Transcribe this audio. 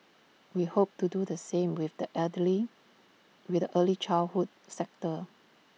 we hope to do the same with the elderly with the early childhood sector